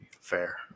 Fair